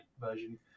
version